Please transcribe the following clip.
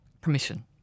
permission